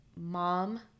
mom